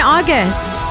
August